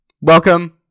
Welcome